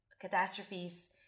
catastrophes